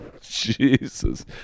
Jesus